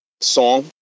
song